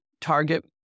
target